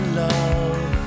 love